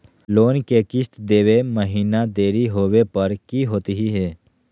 Loan के किस्त देवे महिना देरी होवे पर की होतही हे?